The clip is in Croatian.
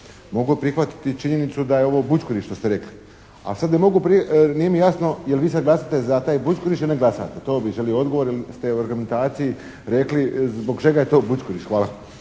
Mogu prihvatiti činjenicu da je ovo bućkuriš što ste rekli. Ali sad ne mogu, nije mi jasno jel vi sad glasate za taj bućkuriš ili ne glasate. To bih želio odgovor jer ste u … /Govornik se ne razumije./ … rekli zbog čega je to bućkuriš. Hvala.